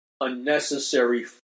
unnecessary